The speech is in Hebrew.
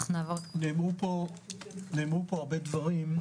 נאמרו פה הרבה דברים,